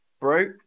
broke